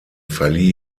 verlieh